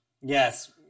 Yes